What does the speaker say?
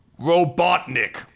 Robotnik